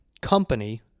company